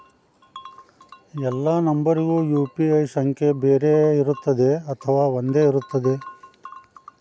ಎಲ್ಲಾ ನಂಬರಿಗೂ ಯು.ಪಿ.ಐ ಸಂಖ್ಯೆ ಬೇರೆ ಇರುತ್ತದೆ ಅಥವಾ ಒಂದೇ ಇರುತ್ತದೆ?